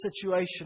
situation